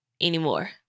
anymore